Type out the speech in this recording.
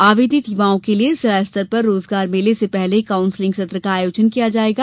आवेदित युवाओं के लिए जिला स्तर पर रोजगार मेले से पूर्व काउन्सिलिंग सत्र का आयोजन किया जाएगा